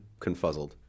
confuzzled